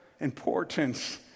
importance